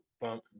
bump